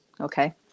okay